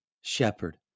shepherd